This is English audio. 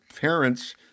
parents